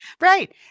Right